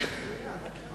ביקשתי דקה.